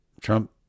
Trump